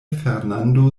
fernando